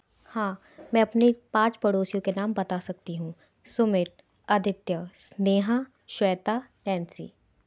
हाँ मैं अपने पाँच पड़ोसियों के नाम बता सकती हूँ सुमित आदित्य स्नेहा श्वेता नैन्सी